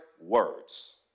words